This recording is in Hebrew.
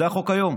זה החוק היום.